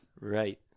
Right